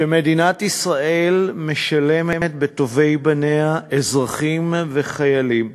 כשמדינת ישראל משלמת בטובי בניה, אזרחים וחיילים,